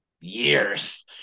years